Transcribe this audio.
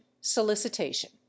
Solicitation